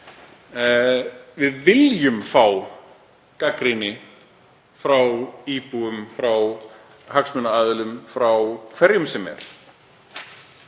Við viljum fá gagnrýni frá íbúum, frá hagsmunaaðilum, frá hverjum sem er.